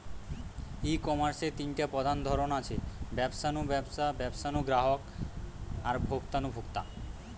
ই কমার্সের তিনটা প্রধান ধরন আছে, ব্যবসা নু ব্যবসা, ব্যবসা নু গ্রাহক আর ভোক্তা নু ভোক্তা